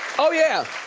oh yeah.